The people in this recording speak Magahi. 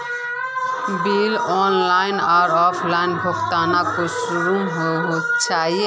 बिल ऑनलाइन आर ऑफलाइन भुगतान कुंसम होचे?